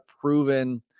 proven